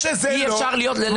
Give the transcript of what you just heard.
אי אפשר לזלזל בזה.